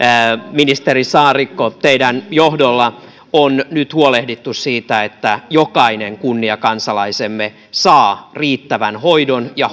ministeri saarikko teidän johdollanne on nyt huolehdittu siitä että jokainen kunniakansalaisemme saa riittävän hoidon ja